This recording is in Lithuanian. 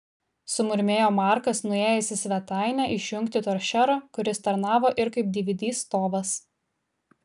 sumurmėjo markas nuėjęs į svetainę išjungti toršero kuris tarnavo ir kaip dvd stovas